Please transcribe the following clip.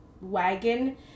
wagon